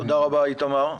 תודה רבה, איתמר.